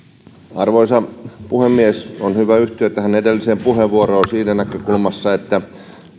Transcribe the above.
arvoisa puhemies on hyvä yhtyä tähän edelliseen puheenvuoroon siitä näkökulmasta että